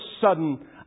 sudden